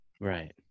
Right